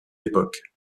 époques